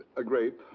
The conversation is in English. a grape.